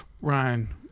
Ryan